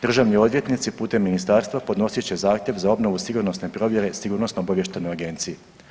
Državni odvjetnici putem ministarstva podnosit će zahtjev za obnovu sigurnosne provjere Sigurnosno-obavještajnoj agenciji.